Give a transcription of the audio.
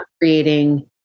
creating